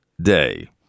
Day